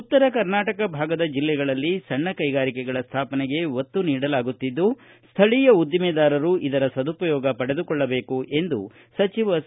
ಉತ್ತರ ಕರ್ನಾಟಕ ಭಾಗದ ಜಿಲ್ಲೆಗಳಲ್ಲಿ ಸಣ್ಣ ಕೈಗಾರಿಕೆಗಳ ಸ್ವಾಪನೆಗೆ ಒತ್ತು ನೀಡಲಾಗುತ್ತಿದ್ದು ಸ್ವಳೀಯ ಉದ್ದಿಮೆದಾರರು ಇದರ ಸದುಪಯೋಗ ಪಡೆದುಕೊಳ್ಳಬೇಕು ಎಂದು ಸಚಿವ ಸಿ